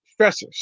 stressors